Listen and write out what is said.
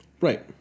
Right